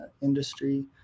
industry